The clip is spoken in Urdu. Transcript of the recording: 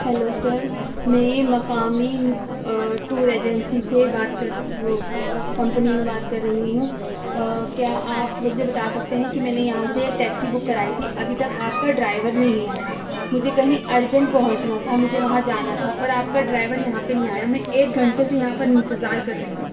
ہیلو سر میں یہ مقامی ٹور ایجنسی سے بات کر وہ کمپنی میں بات کر رہی ہوں کیا آپ مجھے بتا سکتے ہیں کہ میں نے یہاں سے ایک ٹیکسی بک کرائی تھی ابھی تک آپ کا ڈرائیور نہیں آیا مجھے کہیں ارجنٹ پہنچنا تھا مجھے وہاں جانا تھا اور آپ کا ڈرائیور یہاں پہ نہیں آیا میں ایک گھنٹے سے یہاں پر انتظار کر رہی ہوں